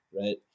right